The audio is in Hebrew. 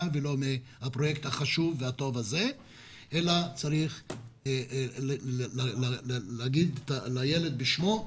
ולא מהפרויקט החשוב והטוב הזה אלא צריך לקרוא לילד בשמו,